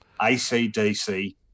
ACDC